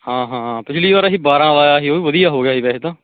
ਹਾਂ ਹਾਂ ਪਿਛਲੀ ਵਾਰ ਅਹੀਂ ਬਾਰਾਂ ਲਾਇਆ ਸੀ ਉਹ ਵੀ ਵਧੀਆ ਹੋ ਗਿਆ ਸੀ ਵੈਸੇ ਤਾਂ